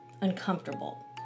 uncomfortable